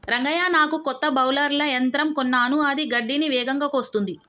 రంగయ్య నాకు కొత్త బౌలర్ల యంత్రం కొన్నాను అది గడ్డిని వేగంగా కోస్తుంది